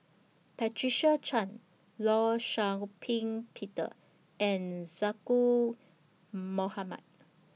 Patricia Chan law Shau Ping Peter and Zaqy Mohamad